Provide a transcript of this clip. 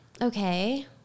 Okay